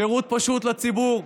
שירות פשוט לציבור.